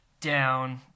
down